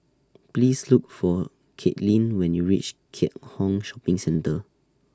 Please Look For Katelyn when YOU REACH Keat Hong Shopping Centre